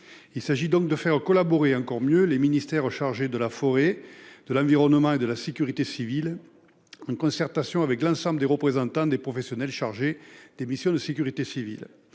Il s'agit donc de faire collaborer encore mieux les ministères chargés de la forêt, de l'environnement et de la sécurité civile, en concertation avec l'ensemble des représentants des professionnels chargés des missions de sécurité civile.